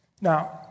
Now